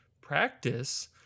practice